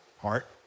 Heart